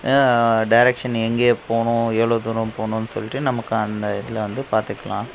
direction எங்கே போகனும் எவ்வளோ தூரம் போகனுன்னு சொல்லிட்டு நமக்கு அந்த இதில் வந்து பார்த்துக்கலாம்